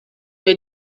were